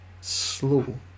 slow